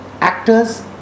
actors